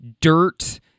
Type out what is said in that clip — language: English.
dirt